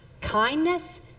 Kindness